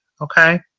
Okay